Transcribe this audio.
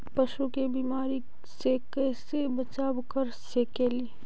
पशु के बीमारी से कैसे बचाब कर सेकेली?